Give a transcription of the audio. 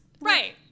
Right